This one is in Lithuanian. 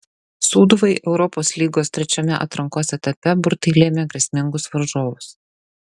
sūduvai europos lygos trečiame atrankos etape burtai lėmė grėsmingus varžovus